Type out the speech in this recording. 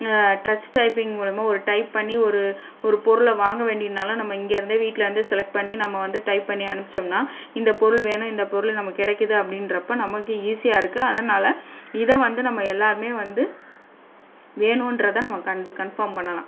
touch typing மூலமாக ஒரு type பண்ணி ஒரு ஒரு பொருளை வாங்கவேண்டினால நம்ம இங்கருந்தே வீட்லருந்து செலெக்ட் பண்ணி நம்ம வந்து டைப் பண்ணி அனுப்பிச்சம்னா இந்த பொருள் வேணும் இந்த பொருள் நமக்கு கிடைக்குது அப்படின்றப்ப நமக்கு ஈஸியாக இருக்கு அதனால் இதை வந்து நம்ம எல்லாருமே வந்து வேணுன்றதை நம்ம கண்டு கன்ஃபார்ம் பண்ணலாம்